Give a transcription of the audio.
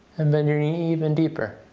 and bend your knee even deeper.